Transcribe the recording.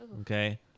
Okay